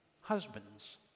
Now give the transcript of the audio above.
husbands